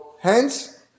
Hence